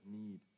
need